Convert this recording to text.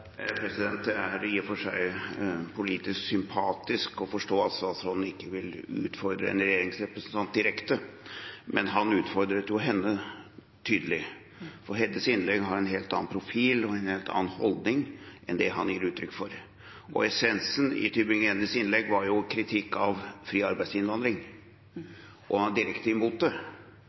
det indre marked. Det er i og for seg politisk sympatisk og forståelig at statsråden ikke vil utfordre en representant for et regjeringsparti direkte. Men han utfordret jo henne tydelig, og hennes innlegg har en helt annen profil og en helt annen holdning enn det han gir uttrykk for. Essensen i Tybring-Gjeddes innlegg var jo kritikk av fri arbeidsinnvandring.